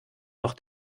noch